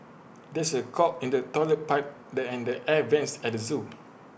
there is A clog in the Toilet Pipe the and the air Vents at the Zoo